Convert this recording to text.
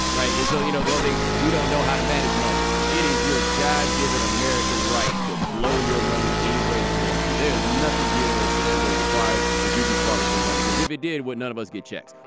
right. and so you know the thing we don't know how to manage money. it is your god given american right to blow your money any way you want to. there is nothing here that says or requires the dubious bar with your money because if it did what none of us get checks